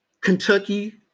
Kentucky